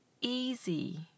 easy